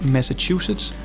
Massachusetts